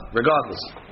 regardless